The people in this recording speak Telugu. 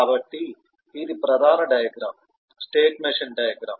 కాబట్టి ఇది ప్రధాన డయాగ్రమ్ స్టేట్ మెషిన్ డయాగ్రమ్